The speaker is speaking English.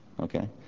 Okay